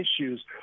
issues